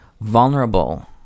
vulnerable